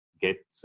get